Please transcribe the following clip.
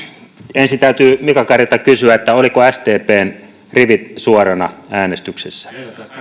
ensin täytyy mika karilta kysyä olivatko sdpn rivit suorana äänestyksessä